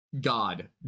God